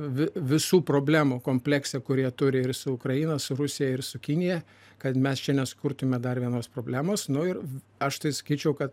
vi visų problemų komplekse kur jie turi ir su ukraina su rusija ir su kinija kad mes čia nesukurtume dar vienos problemos nu ir aš tai sakyčiau kad